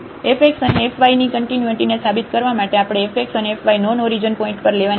F x અને f y ની કન્ટિન્યુટીને સાબિત કરવા માટે આપણે f x અને f y non origin point પર લેવાની જરૂર છે